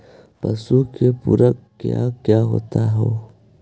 पशु के पुरक क्या क्या होता हो?